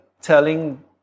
telling